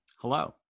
Hello